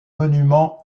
monument